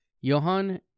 Johann